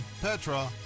Petra